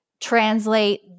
translate